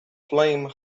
flame